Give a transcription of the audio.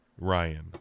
Ryan